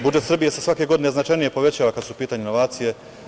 Budžet Srbije se svake godine značajnije povećava kada su u pitanju inovacije.